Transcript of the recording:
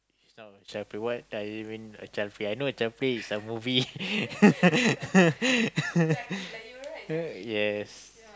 you sound like child play what does it mean a child play I know child play is a movie uh yes